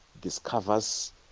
discovers